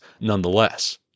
nonetheless